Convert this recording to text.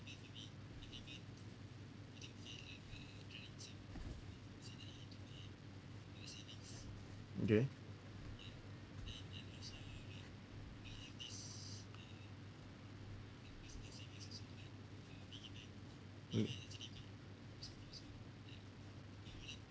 okay mm